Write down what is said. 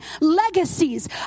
legacies